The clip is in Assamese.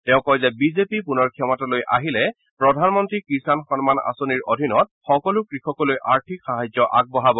তেওঁ কয় যে বিজেপি পুনৰ ক্ষমতালৈ আহিলে প্ৰধানমন্ত্ৰী কিষাণ সন্মান আঁচনিৰ অধীনত সকলো কৃষকলৈ আৰ্থিক সাহায্য আগবঢ়াব